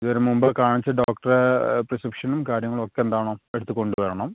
ഇവർ മുമ്പ് കാണിച്ച ഡോക്ടറെ പ്രിസ്ക്രിപ്ഷനും കാര്യങ്ങളും ഒക്കെ എന്താവണം എടുത്ത് കൊണ്ട് വരണം